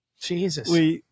Jesus